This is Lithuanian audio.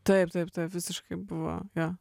taip taip taip visiškai buvo jo